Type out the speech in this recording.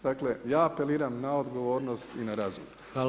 Dakle, ja apeliram na odgovornost i na razum.